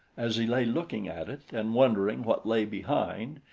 as he lay looking at it and wondering what lay behind,